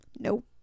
nope